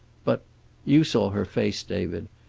but you saw her face, david.